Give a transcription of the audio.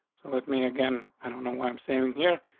let me again. i don't know why i'm saving here.